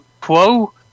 Quo